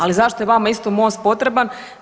Ali zašto je vama isto Most potreban?